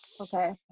Okay